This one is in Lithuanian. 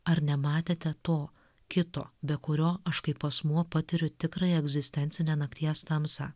ar nematėte to kito be kurio aš kaip asmuo patiriu tikrąją egzistencinę nakties tamsą